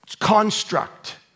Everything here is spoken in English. construct